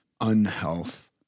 unhealth